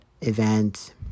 event